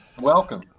Welcome